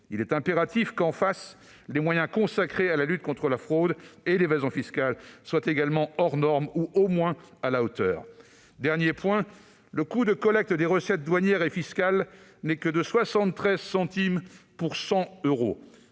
Il est impératif que, en face, les moyens consacrés à la lutte contre à la fraude et l'évasion fiscale soient également « hors norme » ou, au moins, à la hauteur. Le coût de collecte des recettes douanières et fiscales n'est que de 73 centimes pour 100 euros.